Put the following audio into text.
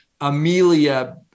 Amelia